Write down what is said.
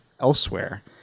elsewhere